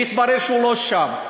והתברר שהוא לא שם.